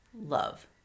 love